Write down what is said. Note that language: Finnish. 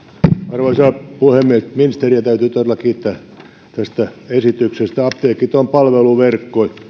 arvoisa puhemies ministeriä täytyy todella kiittää tästä esityksestä apteekit ovat palveluverkko